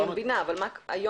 ובאין מנהל כללי לעירייה,